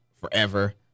forever